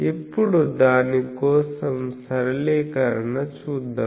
ఇప్పుడు దాని కోసం సరళీకరణ చూద్దాం